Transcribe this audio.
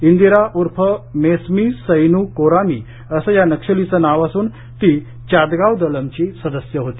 इंदिरा उर्फ मेस्सी सैनू कोरामी असं या नक्षलीचे नाव असून ती चातगाव दलमची सदस्य होती